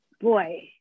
Boy